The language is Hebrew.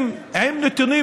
עם נתונים,